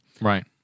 Right